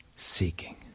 Seeking